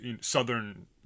Southern